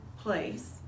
place